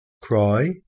Cry